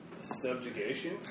subjugation